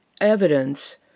evidence